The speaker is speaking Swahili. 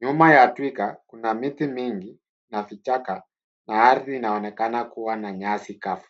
Nyuma ya twiga kuna miti mingi na vichaka na ardhi inaonekana kuwa na nyasi kavu.